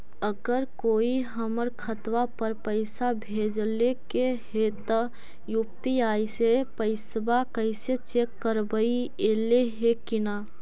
अगर कोइ हमर खाता पर पैसा भेजलके हे त यु.पी.आई से पैसबा कैसे चेक करबइ ऐले हे कि न?